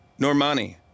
Normani